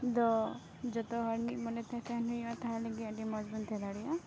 ᱫᱚ ᱡᱚᱛᱚ ᱦᱚᱲ ᱢᱤᱫ ᱢᱚᱱᱮ ᱛᱮ ᱛᱟᱦᱮᱱ ᱦᱩᱭᱩᱜᱼᱟ ᱛᱟᱦᱮᱸ ᱞᱟᱹᱜᱤᱫ ᱟᱹᱰᱤ ᱢᱚᱡᱽ ᱵᱚᱱ ᱛᱟᱦᱮᱸ ᱫᱟᱲᱮᱭᱟᱜᱼᱟ